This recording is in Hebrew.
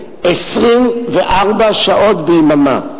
24 שעות ביממה.